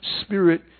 spirit